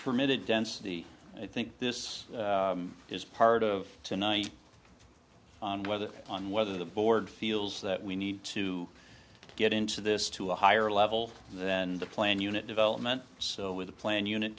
permitted density i think this is part of tonight whether on whether the board feels that we need to get into this to a higher level than the planned unit development so with a planned unit